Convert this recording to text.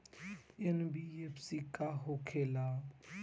NBFC का होंखे ला?